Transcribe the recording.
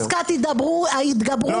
כשאנחנו מדברים על פסקת ההתגברות,